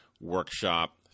workshop